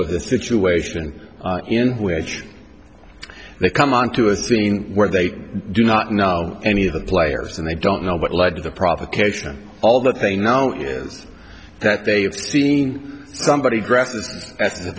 with a situation in which they come onto a scene where they do not know any of the players and they don't know what led to the provocation all that they know is that they have seen somebody